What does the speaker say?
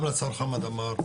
גם לשר חמד עמאר,